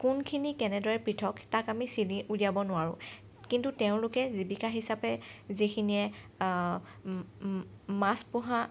কোনখিনি কেনেদৰে পৃথক তাক আমি চিনি উলিয়াব নোৱাৰোঁ কিন্তু তেওঁলোকে জীৱিকা হিচাপে যিখিনিয়ে মাছ পোহা